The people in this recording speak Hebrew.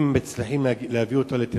אם הם מצליחים להביא אותו לתל-אביב,